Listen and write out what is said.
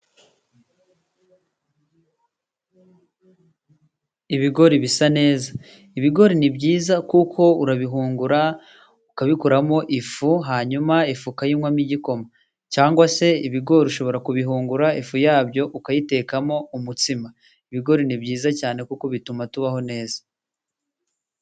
Ibigori bisa neza, ibigori ni byiza kuko urabihungura ukabikoramo ifu hanyuma ifu ukayinywamo igikoma cyangwa se ibigori ushobora kubihungura ifu yabyo ukayitekamo umutsima, ibigori ni byiza cyane kuko bituma tubaho neza.